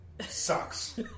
sucks